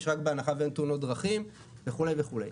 רק בהנחה שאין תאונות דרכים וכו' וכו'.